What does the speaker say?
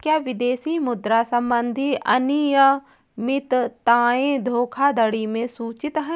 क्या विदेशी मुद्रा संबंधी अनियमितताएं धोखाधड़ी में सूचित हैं?